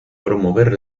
promover